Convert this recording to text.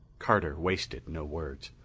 carter wasted no words.